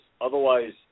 Otherwise